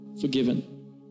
forgiven